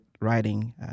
writing